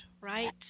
right